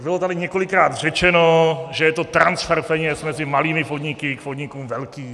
Bylo tady několikrát řečeno, že je to transfer peněz mezi malými podniky k podnikům velkým.